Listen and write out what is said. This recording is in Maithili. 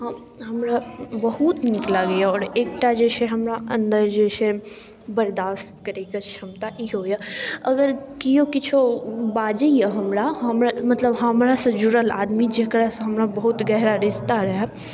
हँ हमरा बहुत नीक लागैए आओर एकटा जे छै हमरा अन्दर जे छै बर्दास्त करैके छमता इहो यऽ अगर केओ किछु बाजैए हमरा मतलब हमरासँ जुड़ल आदमी जकरासँ हमरा बहुत गहरा रिश्ता रहए